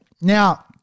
Now